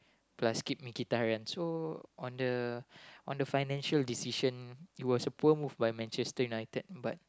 plus keep Mkhitaryan so on the on the financial decision it was a poor move by Manchester-United but